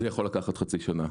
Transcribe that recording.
זה יכול לקחת חצי שנה.